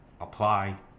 Apply